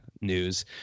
news